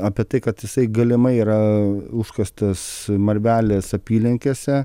apie tai kad jisai galimai yra užkastas marvelės apylinkėse